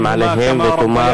ורחם עליהם, ותאמר: